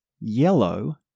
yellow